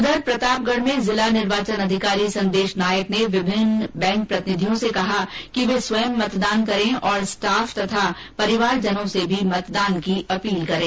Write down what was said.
उधर प्रतापगढ़ में जिला निर्वाचन अधिकारी संदेश नायक ने विभिन्न बैंक प्रतिनिधियो से कहा कि वे स्वयं मतदान करें और स्टॉफ तथा परिवारजनों से भी मतदान करने की अपील करें